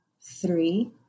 three